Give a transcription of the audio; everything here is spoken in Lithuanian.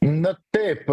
na taip